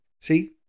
See